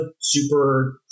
super